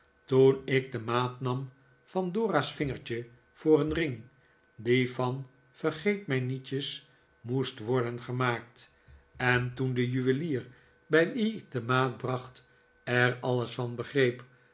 toen ik de maat nam van dora's vingertje voor een ring die van vergeet mijnietjes moest worden gemaakt en toen de juwelier bij wien ik de maat bracht er alles van begreep